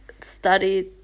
studied